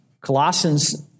Colossians